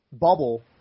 bubble